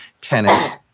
tenants